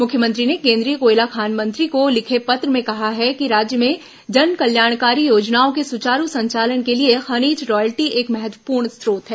मुख्यमंत्री ने केन्द्रीय कोयला खान मंत्री को लिखे पत्र में कहा है कि राज्य में जनकल्याणकारी योजनाओं के सुचारू संचालन के लिए खनिज रायल्टी एक महत्वपूर्ण स्रोत है